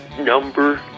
Number